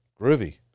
Groovy